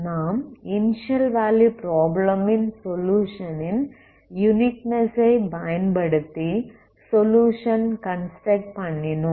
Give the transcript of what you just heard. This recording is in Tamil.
நாம் இனிஸியல் வேல்யூ ப்ராப்ளம் ன் சொலுயுஷன் ன் யுனிக்னெஸ் ஐ பயன்படுத்தி சொலுயுஷன் கன்ஸ்ட்ரக்ட் பண்ணினோம்